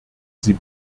sie